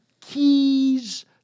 keys